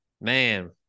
man